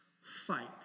fight